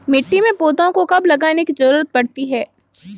मिट्टी में पौधों को कब लगाने की ज़रूरत पड़ती है?